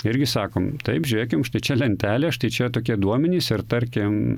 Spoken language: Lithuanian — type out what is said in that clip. irgi sakom taip žiūrėkim štai čia lentelė štai čia tokie duomenys ir tarkim